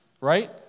right